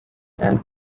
and